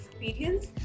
experience